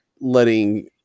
letting